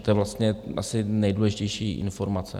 To je vlastně asi nejdůležitější informace.